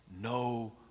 no